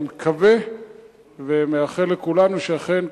ואני מקווה ומאחל לכולנו שאכן,